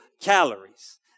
calories